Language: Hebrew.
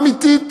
אמיתית,